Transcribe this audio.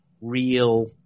real